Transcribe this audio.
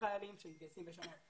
שניים שמתגייסים בשנה,